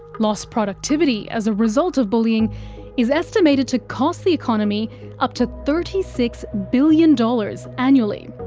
lost productivity as a result of bullying is estimated to cost the economy up to thirty six billion dollars annually.